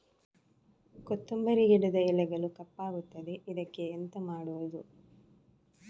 ಕೊತ್ತಂಬರಿ ಗಿಡದ ಎಲೆಗಳು ಕಪ್ಪಗುತ್ತದೆ, ಇದಕ್ಕೆ ಎಂತ ಮಾಡೋದು?